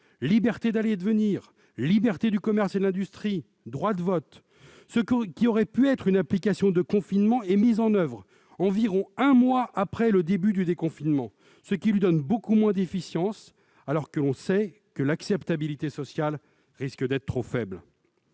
liberté d'aller et de venir, la liberté du commerce et de l'industrie, le droit de vote. Ce qui aurait pu être une application de confinement est mis en oeuvre environ un mois après le début du déconfinement, ce qui lui donne beaucoup moins d'efficience, alors que l'on sait que l'acceptabilité sociale risque d'en être trop faible.